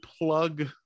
plug